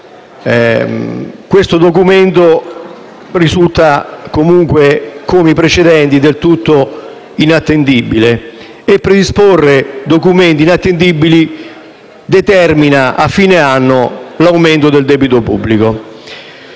questo documento risulta comunque, come i precedenti, del tutto inattendibile. Predisporre documenti inattendibili determina, a fine anno, l'aumento del debito pubblico.